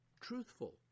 truthful